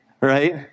right